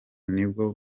nibwo